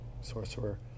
sorcerer